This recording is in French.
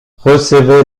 recevez